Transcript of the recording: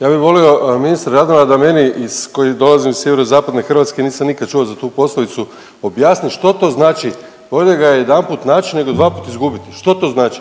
ja bi molio ministra Radmana da meni koji dolazim iz sjeverozapadne Hrvatske, nisam nikad čuo za tu poslovicu, objasni što to znači „bolje ga je jedanput nać nego dvaput izgubiti“, što to znači,